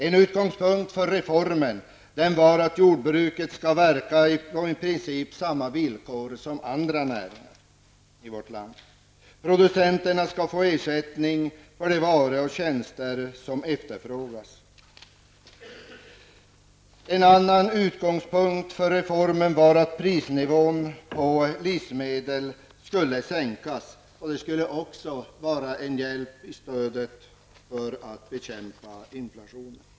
En utgångspunkt för reformen har varit att jordbruket skall verka på i princip samma villkor som andra näringar i vårt land. Producenterna skall få ersättning för de varor och tjänster som efterfrågas. En annan utgångspunkt för reformen har varit att prisnivån beträffande livsmedel skall sänkas. Det skulle vara en hjälp och ett stöd i arbetet med att bekämpa inflationen.